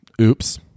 Oops